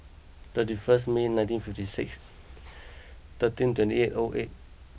thirty first May nineteen fifty six thirteen twenty eight O eight